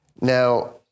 Now